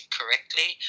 correctly